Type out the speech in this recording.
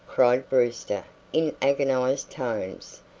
cried brewster in agonized tones.